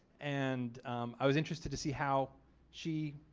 and i was interested to see how she